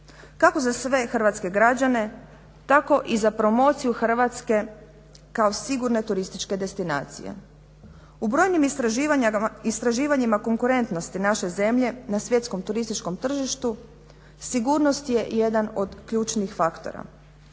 kako za sve hrvatske građane tako i za promociju Hrvatske kao sigurne turističke destinacije. U brojnim istraživanjima konkurentnosti naše zemlje na svjetskom turističkom tržištu sigurnost je jedan od ključnih faktora